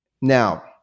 Now